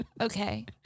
Okay